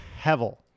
hevel